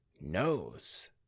knows